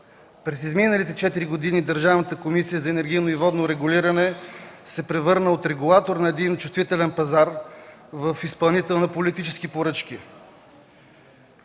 През изминалите четири години Държавната комисия за енергийно и водно регулиране се превърна от регулатор на един чувствителен пазар в изпълнител на политически поръчки.